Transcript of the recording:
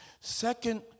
Second